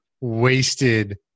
wasted